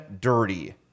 dirty